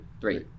three